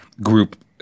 group